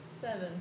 Seven